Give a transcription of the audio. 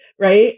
right